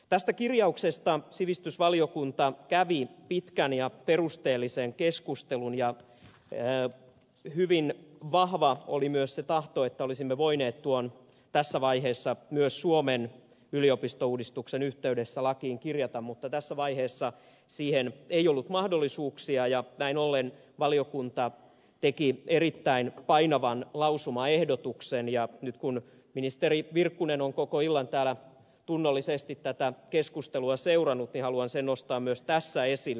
tästä kirjauksesta sivistysvaliokunta kävi pitkän ja perusteellisen keskustelun ja hyvin vahva oli myös se tahto että olisimme voineet tuon tässä vaiheessa myös suomen yliopistouudistuksen yh teydessä lakiin kirjata mutta tässä vaiheessa siihen ei ollut mahdollisuuksia ja näin ollen valiokunta teki erittäin painavan lausumaehdotuksen ja nyt kun ministeri virkkunen on koko illan täällä tunnollisesti tätä keskustelua seurannut niin haluan sen nostaa myös tässä esille